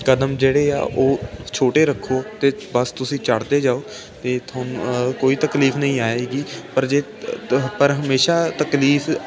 ਕਦਮ ਜਿਹੜੇ ਆ ਉਹ ਛੋਟੇ ਰੱਖੋ ਅਤੇ ਬਸ ਤੁਸੀਂ ਚੜਦੇ ਜਾਓ ਅਤੇ ਤੁਹਾਨੂੰ ਕੋਈ ਤਕਲੀਫ ਨਹੀਂ ਆਏਗੀ ਪਰ ਜੇ ਪਰ ਹਮੇਸ਼ਾ ਤਕਲੀਫ